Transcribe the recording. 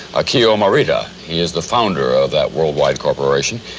akio morita. he is the founder of that worldwide corporation.